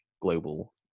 global